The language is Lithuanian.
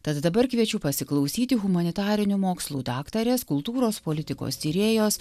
tad dabar kviečiu pasiklausyti humanitarinių mokslų daktarės kultūros politikos tyrėjos